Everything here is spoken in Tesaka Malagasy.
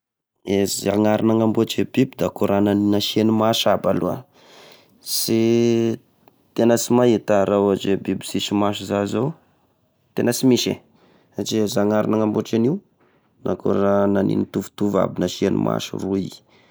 E zagnahary nagnambôtry e biby da akô raha nasiany maso aby aloa! Sy tegna sy mahita aho raha ohatry e biby sisy maso za zao tena sy misy! E satria e zagnahary nagnambôtry an'io akô raha naniny mitovitovy aby nasiany maso roy.